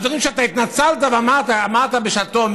על דברים שאתה התנצלת ואמרת בשעתו,